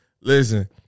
Listen